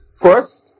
First